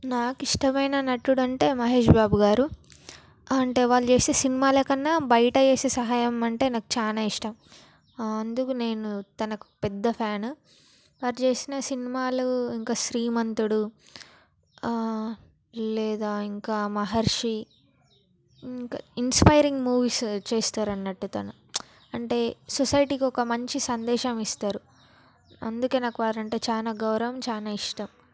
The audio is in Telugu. నాకు ఇష్టమైన నటుడు అంటే మహేష్ బాబు గారు అంటే వాళ్ళు చేసే సినిమాల కన్నా బయట చేసే సహాయం అంటే నాకు చాలా ఇష్టం అందుకు నేను తనకు పెద్ద ఫ్యాన్ వారు చేసిన సినిమాలు ఇంకా శ్రీమంతుడు లేదా ఇంకా మహర్షి ఇంకా ఇన్స్పైరింగ్ మూవీస్ చేస్తారు అన్నట్టు తను అంటే సొసైటీకి ఒక మంచి సందేశం ఇస్తారు అందుకే నాకు వారు అంటే చాలా గౌరవం చాలా ఇష్టం